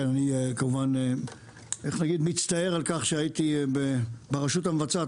אני מצטער על כך שהייתי ברשות המבצעת,